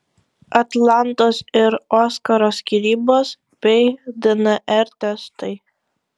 atlantos ir oskaro skyrybos bei dnr testai